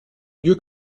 lieu